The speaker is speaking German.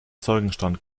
zeugenstand